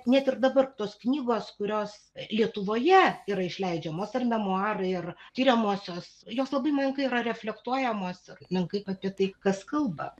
net ir dabar tos knygos kurios lietuvoje yra išleidžiamos ar memuarai ar tiriamosios jos labai menkai yra reflektuojamos menkai apie tai kas kalba